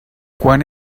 quan